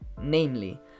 namely